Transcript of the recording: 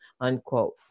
unquote